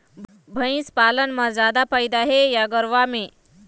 भंइस पालन म जादा फायदा हे या गरवा में?